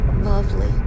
lovely